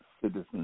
citizens